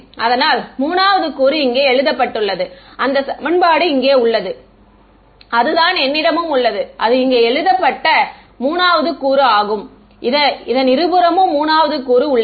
அதனால் 3 வது கூறு இங்கே எழுதப்பட்டுள்ளது அந்த சமன்பாடு இங்கே உள்ளது அதுதான் என்னிடமும் உள்ளது அது இங்கே எழுதப்பட்ட இது 3 வது கூறு ஆகும் இதன் இருபுறமும் 3 வது கூறு உள்ளது